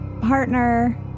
partner